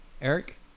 Eric